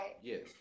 Yes